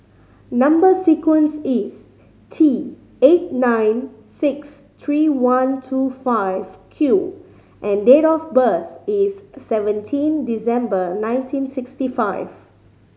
number sequence is T eight nine six three one two five Q and date of birth is seventeen December nineteen sixty five